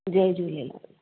Jay Jhulelal